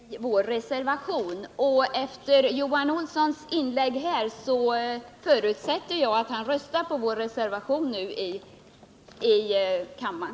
Herr talman! Vi har utvecklat våra invändningar mot förslaget i vår reservation. Efter att ha lyssnat till Johan Olssons inlägg här förutsätter jag att han röstar på den reservationen vid omröstningen här i kammaren.